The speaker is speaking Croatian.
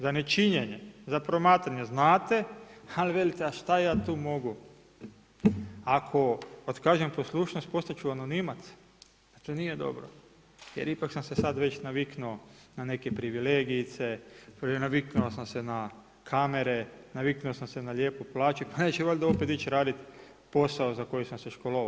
Za nečinjenje, za promatranje znate ali, velite, šta ja tu mogu, ako otkažem poslušnost, postati ću anonimac, to nije dobro, jer ipak sam se sad već naviknuo na neke privilegijice, naviknuo sam se na kamere, naviknuo sam se na lijepu plaću, pa neću valjda opet ići raditi posao za koji sam se školovao.